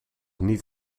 niet